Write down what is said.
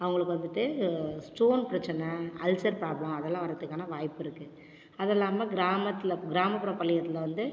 அவங்களுக்கு வந்துட்டு ஸ்டோன் பிரச்சின அல்சர் ப்ராப்ளம் அதெல்லாம் வரதுக்கான வாய்ப்புருக்கு அது இல்லால் கிராமத்தில் கிராமப்புற பள்ளிக்கூடத்தில் வந்து